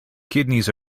kidneys